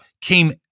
came